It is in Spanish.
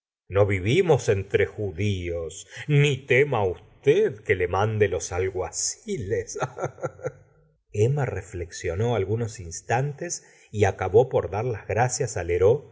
no vivimos entre judíos ni tema usted que le mande los alguaciles emma reflexionó algunos instantes y acabó por dar las gracias á